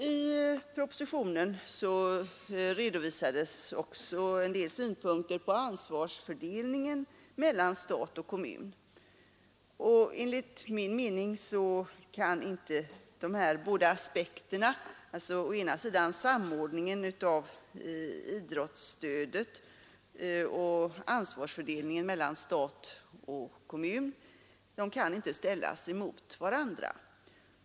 I statsverkspropositionen redovisades också en del synpunkter på ansvarsfördelningen mellan stat och kommun, och enligt min mening kan inte de här båda aspekterna — alltså samordningen av idrottsstödet och ansvarsfördelningen mellan stat och kommun — ställas mot varandra.